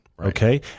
Okay